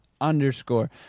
underscore